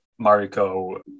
Mariko